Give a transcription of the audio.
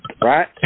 right